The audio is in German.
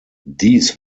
dies